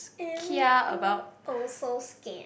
everything also scared